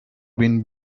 been